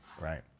right